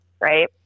right